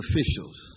officials